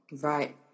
Right